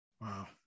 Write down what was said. Wow